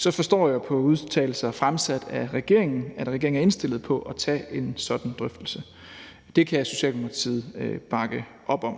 forstår jeg på udtalelser fremsat af regeringen at regeringen er indstillet på at tage en sådan drøftelse . Det kan Socialdemokratiet bakke op om.